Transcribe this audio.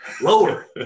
Lower